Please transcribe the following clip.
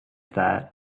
that